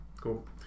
Cool